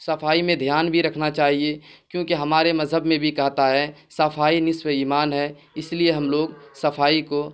صفائی میں دھیان بھی رکھنا چاہیے کیونکہ ہمارے مذہب میں بھی کہتا ہے صفائی نصف ایمان ہے اس لیے ہم لوگ صفائی کو